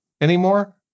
Anymore